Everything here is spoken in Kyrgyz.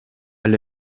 эле